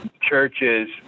churches